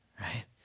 right